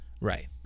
Right